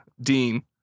dean